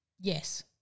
Yes